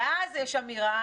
ואז יש אמירה,